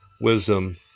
wisdom